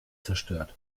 zerstört